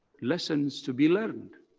lessons to be learned.